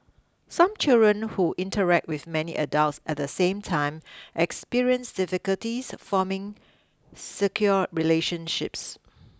some children who interact with many adults at the same time experience difficulties forming secure relationships